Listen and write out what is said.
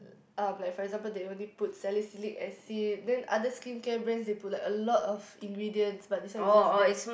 um like for example they only put salicylic acid then other skincare brands they put like a lot of ingredients but this one is just that